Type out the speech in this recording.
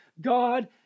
God